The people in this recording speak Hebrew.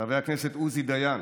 חברי הכנסת עוזי דיין,